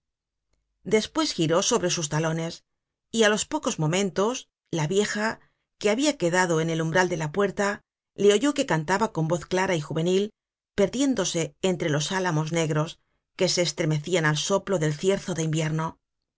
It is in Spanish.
despues giró sobre sus talones y á los pocos momentos la vieja que habia quedado en el umbral de la puerta le oyó que cantaba con voz clara y juvenil perdiéndose entre los álamos negros que se estremecian al soplo del cierzo de invierno